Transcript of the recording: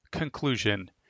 Conclusion